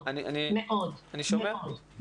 מאוד, מאוד.